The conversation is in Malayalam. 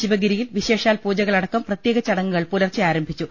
ശിവഗിരിയിൽ വിശേഷാൽ പൂജകളടക്കം പ്രത്യേക ചട ങ്ങുകൾ പുലർച്ചെ ആരംഭിച്ചു